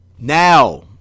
Now